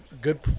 good